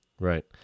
Right